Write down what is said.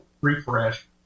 refresh